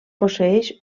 posseeix